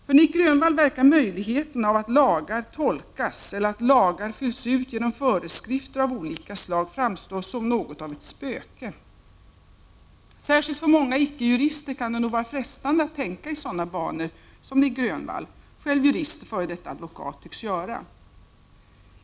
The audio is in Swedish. För Nic Grönvall verkar möjligheten av att lagar tolkas eller att lagar fylls ut genom föreskrifter av olika slag framstå som något av ett spöke. Särskilt för många icke-jurister kan det nog vara frestande att tänka i sådana banor som Nic Grönvall, själv jurist och f.d. advokat, tycks göra.